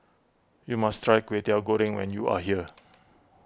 you must try Kwetiau Goreng when you are here